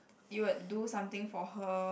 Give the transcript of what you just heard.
you would do something for her